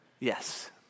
Yes